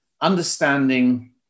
understanding